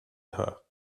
her